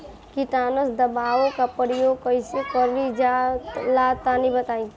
कीटनाशक दवाओं का प्रयोग कईसे कइल जा ला तनि बताई?